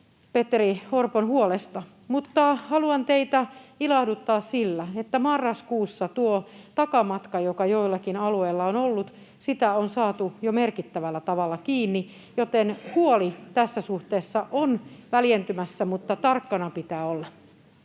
Petteri Orpon huolesta, mutta haluan teitä ilahduttaa sillä, että marraskuussa tuota takamatkaa, joka joillakin alueilla on ollut, on saatu jo merkittävällä tavalla kiinni, joten huoli tässä suhteessa on väljentymässä, mutta tarkkana pitää olla.